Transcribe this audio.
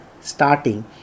starting